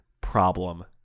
problem